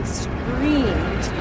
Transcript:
screamed